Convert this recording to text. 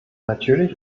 natürlich